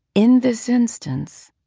in this instance,